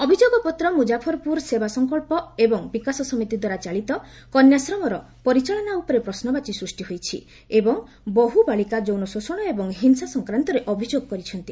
ଅଭିଯୋଗପତ୍ର ମୁଜାଫରପ୍ରର ସେବା ସଂକଳ୍ପ ଏବଂ ବିକାଶ ସମିତି ଦ୍ୱାରା ଚାଳିତ କନ୍ୟାଶ୍ରମର ପରିଚାଳନା ଉପରେ ପ୍ରଶ୍ମବାଚୀ ସୃଷ୍ଟି ହୋଇଛି ଏବଂ ବହୁବାଳିକା ଯୌନଶୋଷଣ ଏବଂ ହିଂସା ସଂକ୍ରାନ୍ତରେ ଅଭିଯୋଗ କରିଛନ୍ତି